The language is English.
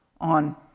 on